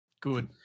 Good